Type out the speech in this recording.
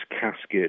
casket